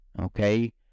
okay